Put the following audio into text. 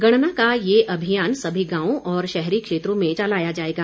गणना का ये अभियान समी गांवों और शहरी क्षेत्रों में चलाया जाएगा